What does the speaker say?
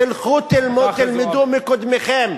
תלכו תלמדו מקודמיכם,